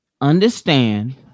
understand